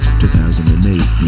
2008